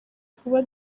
vuba